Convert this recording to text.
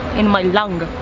in my lung.